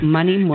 Money